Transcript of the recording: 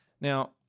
Now